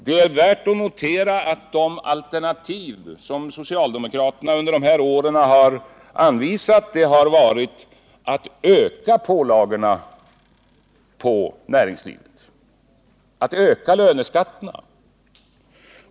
Det är värt att notera att de alternativ som socialdemokraterna under de här åren anvisat har varit att öka pålagorna på näringslivet, öka löneskatterna.